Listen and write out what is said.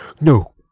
no